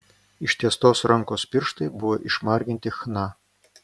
ištiestos rankos pirštai buvo išmarginti chna